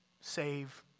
save